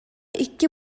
икки